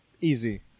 easy